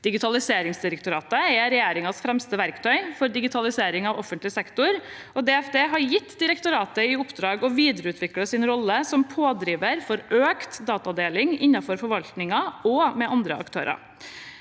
Digitaliseringsdirektoratet er regjeringens fremste verktøy for digitalisering av offentlig sektor, og Digitaliserings- og forvaltningsdepartementet har gitt direktoratet i oppdrag å videreutvikle sin rolle som pådriver for økt datadeling innenfor forvaltningen og med andre aktører.